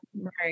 Right